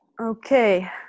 Okay